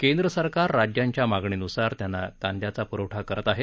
केंद्रसरकार राज्यांच्या मागणीनुसार त्यांना कांदयाचा प्रवठा करत आहे